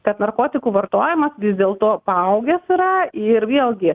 kad narkotikų vartojimas vis dėlto paaugęs yra ir vėlgi